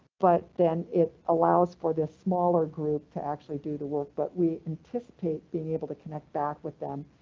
but then it allows for this smaller group to actually do the work, but we anticipate being able to connect back with them.